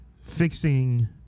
fixing